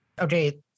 Okay